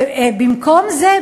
ובמקום זה,